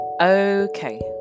okay